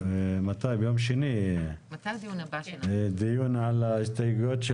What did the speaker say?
יש לנו ביום שני דיון על ההסתייגויות של